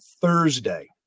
Thursday